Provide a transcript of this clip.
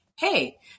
Hey